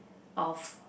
of